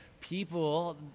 people